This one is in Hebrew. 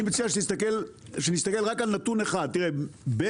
אני מציע שנסתכל רק על נתון אחד בין